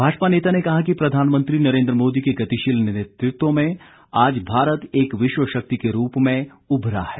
भाजपा नेता ने कहा कि प्रधानमंत्री नरेन्द्र मोदी के गतिशील नेतृत्व में आज भारत एक विश्व शक्ति के रूप में उभरा है